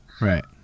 right